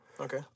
Okay